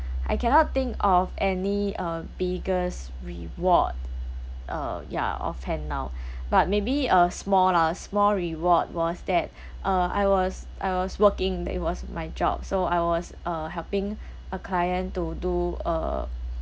I cannot think of any uh biggest reward uh ya off hand now but maybe a small lah small reward was that uh I was I was working that it was my job so I was uh helping a client to do uh